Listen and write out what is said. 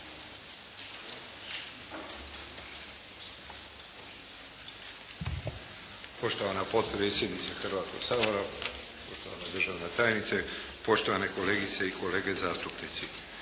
Poštovana potpredsjednice Hrvatskoga sabora, poštovana državna tajnice, poštovane kolegice i kolege zastupnici.